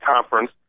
Conference